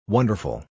Wonderful